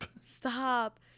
Stop